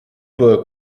work